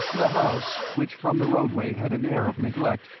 the house, which from the roadway had an air of neglect,